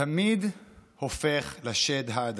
תמיד הופך לשד העדתי.